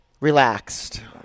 relaxed